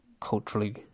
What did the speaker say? culturally